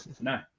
No